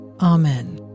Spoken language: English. Amen